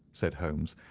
said holmes,